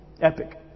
Epic